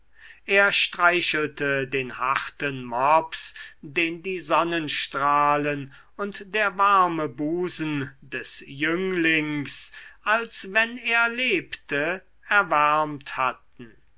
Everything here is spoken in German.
er streichelte den harten mops den die sonnenstrahlen und der warme busen des jünglings als wenn er lebte erwärmt hatten